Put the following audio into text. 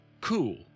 cool